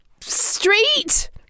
street